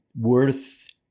worth